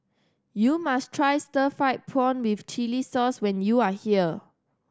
you must try stir fried prawn with chili sauce when you are here